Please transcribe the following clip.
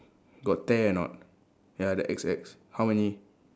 got tear or not ya the X X how many